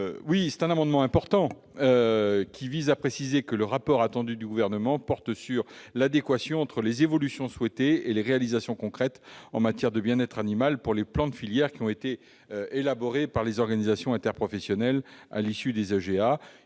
Le présent amendement est important ; il vise à préciser que le rapport attendu du Gouvernement porte sur l'adéquation entre les évolutions souhaitées et les réalisations concrètes en matière de bien-être animal prévues dans les plans de filière élaborés par les organisations interprofessionnelles à l'issue des